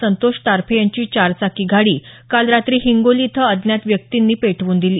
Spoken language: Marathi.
संतोष टारफे यांची चारचाकी गाडी काल रात्री हिंगोली इथं अज्ञात व्यक्तींनी पेटवून दिली